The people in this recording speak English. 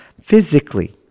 physically